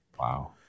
Wow